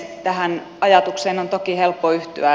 tähän ajatukseen on toki helppo yhtyä